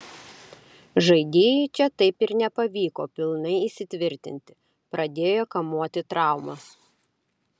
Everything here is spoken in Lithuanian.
žaidėjui čia taip ir nepavyko pilnai įsitvirtinti pradėjo kamuoti traumos